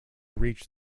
reach